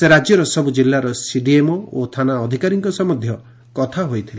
ସେ ରାକ୍ୟର ସବୁ ଜିଲ୍ଲାର ସିଡିଏମଓ ଓ ଥାନା ଅଧିକାରୀଙ୍କ ସହ କଥା ହୋଇଥିଲେ